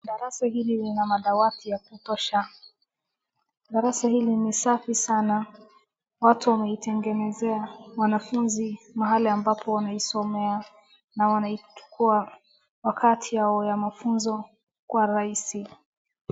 Darasa hili lina madawati ya kutosha. Darasa hili ni safi sana, watu wameitengenezea wanafunzi mahali ambapo wanaisomea na wanaichukua wakati yao ya mafunzo kwa rahisi.